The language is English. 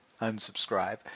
unsubscribe